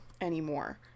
anymore